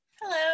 hello